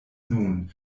nun